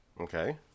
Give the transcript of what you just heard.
Okay